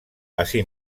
así